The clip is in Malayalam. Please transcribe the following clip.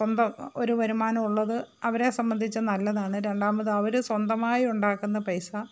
സ്വന്തം ഒരു വരുമാനം ഉള്ളത് അവരെ സംബന്ധിച്ച് നല്ലതാണ് രണ്ടാമത് അവർ സ്വന്തമായി ഉണ്ടാക്കുന്ന പൈസ